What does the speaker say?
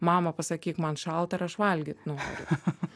mama pasakyk man šalta ar aš valgyt noriu